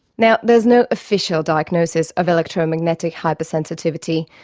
now, there's no official diagnosis of electro-magnetic hypersensitivity,